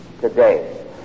today